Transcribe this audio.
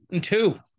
two